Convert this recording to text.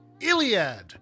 iliad